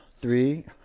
three